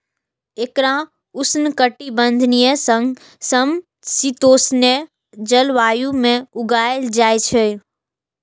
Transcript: एकरा उष्णकटिबंधीय सं समशीतोष्ण जलवायु मे उगायल जाइ छै